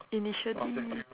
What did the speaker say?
initial D